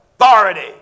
authority